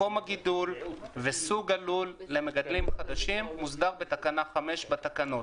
מקום הגידול וסוג הלול למגדלים חדשים מוסדר בתקנה 5 בתקנות.